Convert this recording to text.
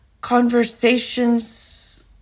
conversations